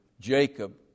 Jacob